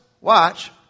watch